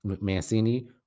Mancini